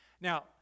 Now